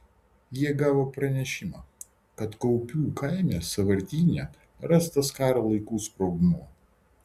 jie gavo pranešimą kad kaupių kaime sąvartyne rastas karo laikų sprogmuo